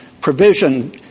provision